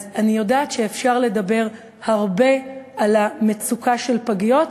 אז אני יודעת שאפשר לדבר הרבה על המצוקה של הפגיות,